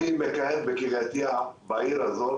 בעיר הזאת,